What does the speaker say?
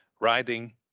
riding